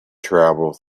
travel